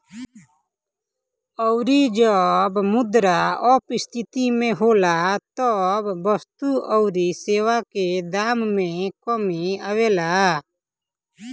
अउरी जब मुद्रा अपस्थिति में होला तब वस्तु अउरी सेवा के दाम में कमी आवेला